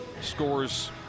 scores